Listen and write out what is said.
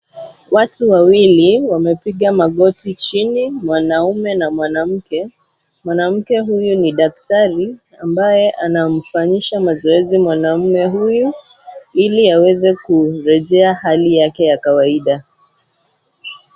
Watu wawili wamepiga magoti chini mwanaume na mwanake. Mwanamke huyu ni daktari, amabye anamfanyisha mazoezi mwanaume huyu, ili aweze kurejea hali yake ya kawaida.